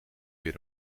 weer